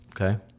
Okay